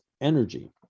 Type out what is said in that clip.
energy